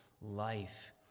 life